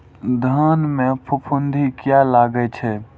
धान में फूफुंदी किया लगे छे?